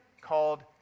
called